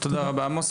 תודה רבה עמוס,